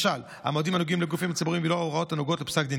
לא התמודדה מעולם עם מכה כל כך כואבת בהיקפה,